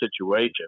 situation